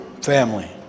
family